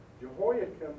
Jehoiakim